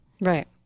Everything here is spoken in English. Right